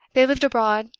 they lived abroad,